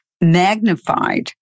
magnified